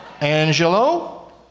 Angelo